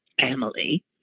family